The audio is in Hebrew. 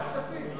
ועדת כספים.